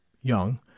young